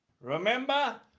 Remember